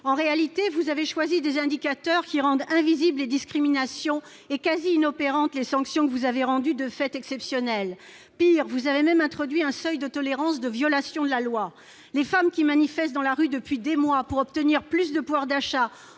En réalité, vous avez choisi des indicateurs qui rendent invisibles les discriminations et quasi inopérantes les sanctions, car vous les avez rendues de fait exceptionnelles. Pire, vous avez même introduit un seuil de tolérance de violation de la loi ! Les femmes qui manifestent dans la rue depuis des mois pour obtenir plus de pouvoir d'achat,